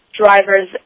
driver's